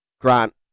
Grant